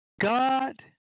God